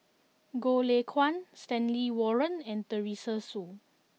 Goh Lay Kuan Stanley Warren and Teresa Hsu